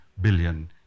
billion